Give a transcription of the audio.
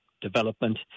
development